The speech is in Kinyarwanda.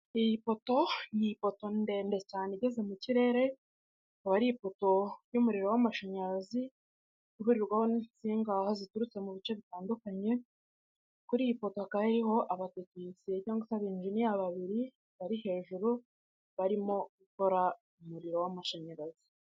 Iyi poto ni ipoto ndende cyane igeze mu kirere, ikaba ari ipoto y'umuriro w'amashanyarazi uhurirwaho n'insinga aho ziturutse mu bice bitandukanye, kuri iyi poto hakaba hariho abatekinisiye cyangwa se abenjiniya babiri bari hejuru, barimo gukora umuriro w'amashanyarazi.